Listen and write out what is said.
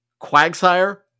Quagsire